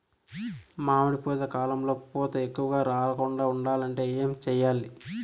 మామిడి పూత కాలంలో పూత ఎక్కువగా రాలకుండా ఉండాలంటే ఏమి చెయ్యాలి?